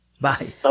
Bye